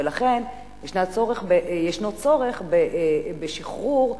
ולכן ישנו צורך בשחרור,